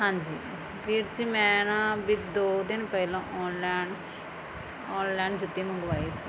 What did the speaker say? ਹਾਂਜੀ ਵੀਰ ਜੀ ਮੈਂ ਨਾ ਵੀ ਦੋ ਦਿਨ ਪਹਿਲਾਂ ਔਨਲਾਈਨ ਔਨਲਾਈਨ ਜੁੱਤੀ ਮੰਗਵਾਈ ਸੀ